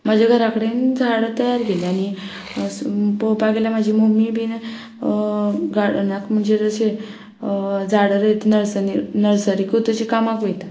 म्हज्या घरा कडेन झाडां तयार केली आनी पळोवपाक गेल्यार म्हजी मम्मी बी गार्डनाक म्हणजे अशें झाडां रोयता नर्स नर्सरीकूच अशे कामाक वयता